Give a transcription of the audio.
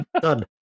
Done